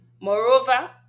moreover